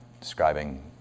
describing